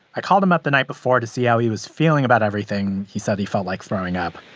i called him up the night before to see how he was feeling about everything. he said he felt like throwing up.